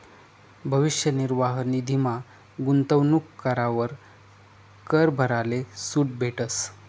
भविष्य निर्वाह निधीमा गूंतवणूक करावर कर भराले सूट भेटस